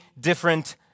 different